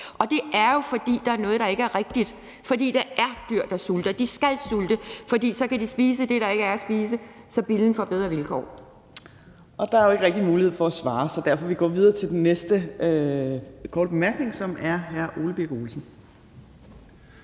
Og det er jo, fordi der er noget, der ikke er rigtigt, for der er dyr, der sulter. De skal sulte, for så kan de spise det, der ikke er at spise, så billen får bedre vilkår. Kl. 11:58 Tredje næstformand (Trine Torp): Der er jo ikke rigtig mulighed for at svare, så vi går videre til den næste korte bemærkning, som er fra hr. Ole Birk Olesen.